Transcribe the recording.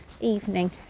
evening